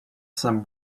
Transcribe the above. some